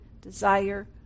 desire